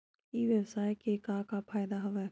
ई व्यवसाय के का का फ़ायदा हवय?